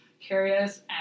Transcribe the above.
curious